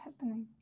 happening